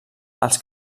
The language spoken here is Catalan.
als